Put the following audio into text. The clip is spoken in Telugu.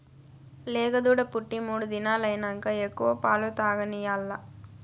లేగదూడ పుట్టి మూడు దినాలైనంక ఎక్కువ పాలు తాగనియాల్ల